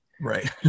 right